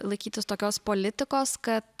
laikytis tokios politikos kad